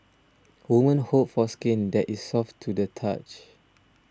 women hope for skin that is soft to the touch